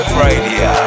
radio